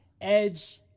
Edge